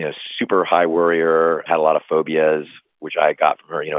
ah super high warrior, had a lot of phobias, which i got from her, you know